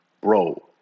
Bro